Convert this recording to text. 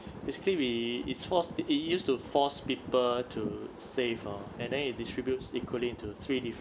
basically we its forced it's used to force people to save oh and then it distributes equally into three